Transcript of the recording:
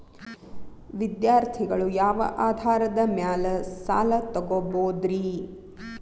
ವಿದ್ಯಾರ್ಥಿಗಳು ಯಾವ ಆಧಾರದ ಮ್ಯಾಲ ಸಾಲ ತಗೋಬೋದ್ರಿ?